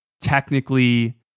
technically